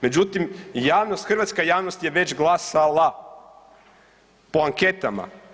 Međutim, javnost, hrvatska javnost je već glasala po anketama.